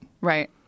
Right